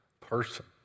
person